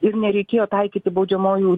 ir nereikėjo taikyti baudžiamojų